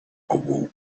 awoke